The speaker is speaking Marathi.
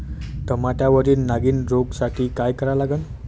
टमाट्यावरील नागीण रोगसाठी काय करा लागन?